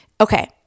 okay